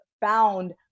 found